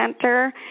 center